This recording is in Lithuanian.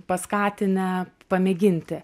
paskatinę pamėginti